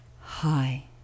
Hi